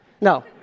No